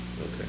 Okay